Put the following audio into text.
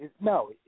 no